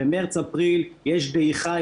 במרץ-אפריל יש דעיכה,